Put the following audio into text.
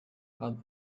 had